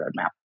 roadmap